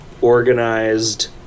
organized